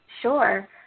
Sure